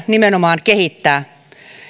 nimenomaan kehittää